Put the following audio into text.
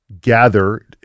gather